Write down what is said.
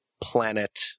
planet